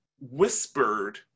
whispered